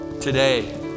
Today